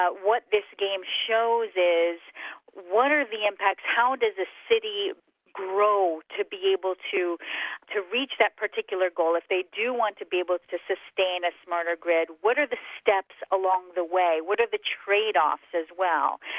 what this game shows is what are the impacts, how does a city grow to be able to to reach that particular goal, if they do want to be able to to sustain a smarter grid, what are the steps along the way? what are the trade-offs as well?